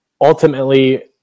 ultimately